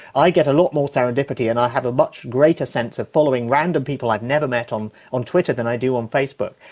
i get a lot more serendipity and i have a much greater sense of following random people i've never met um on twitter than they do on facebook.